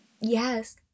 Yes